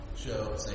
Show